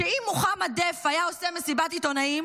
שאם מוחמד דף היה עושה מסיבת עיתונאים